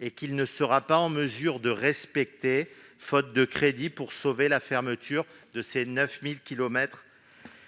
alors qu'il ne sera pas en mesure de les respecter, faute de crédits pour éviter la fermeture de ces 9 000 kilomètres